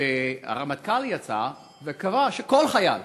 שהרמטכ"ל יצא וקרא שכל חייל